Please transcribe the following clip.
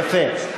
יפה.